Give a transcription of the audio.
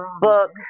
book